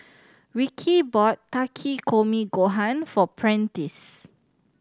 Ricky bought Takikomi Gohan for Prentiss